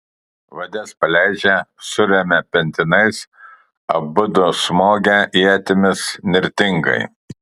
vades paleidžia suremia pentinais abudu smogia ietimis nirtingai